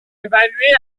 évaluée